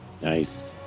Nice